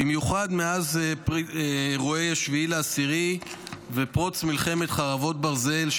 במיוחד מאז אירועי 7 באוקטובר ופרוץ מלחמת חרבות ברזל,